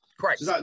Correct